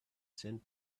send